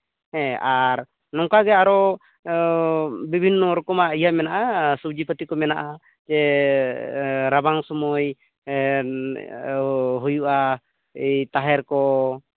ᱦᱮᱸ ᱟᱨ ᱱᱚᱝᱠᱟᱜᱮ ᱟᱨᱚ ᱵᱤᱵᱷᱤᱱᱱᱚ ᱨᱚᱠᱚᱢᱟᱜ ᱤᱭᱟᱹ ᱢᱮᱱᱟᱜᱼᱟ ᱥᱚᱵᱡᱤ ᱯᱟᱛᱤ ᱠᱚ ᱢᱮᱱᱟᱜᱼᱟ ᱤᱭᱟᱹ ᱨᱟᱵᱟᱝ ᱥᱚᱢᱚᱭ ᱦᱩᱭᱩᱜᱼᱟ ᱮᱭ ᱛᱟᱦᱮᱨ ᱠᱚ